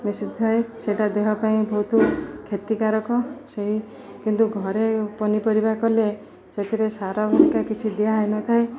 ମିଶିଥାଏ ସେଇଟା ଦେହ ପାଇଁ ବହୁତ କ୍ଷତିକାରକ ସେଇ କିନ୍ତୁ ଘରେ ପନିପରିବା କଲେ ସେଥିରେ ସାର କିଛି ଦିଆହେଇନଥାଏ